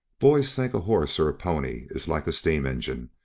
boys think a horse or pony is like a steam engine,